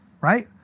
Right